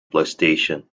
playstation